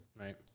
Right